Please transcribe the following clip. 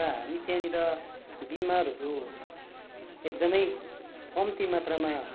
र हामी त्यहाँनेर बिमारहरू एकदमै कम्ती मात्रामा